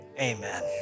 amen